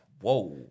Whoa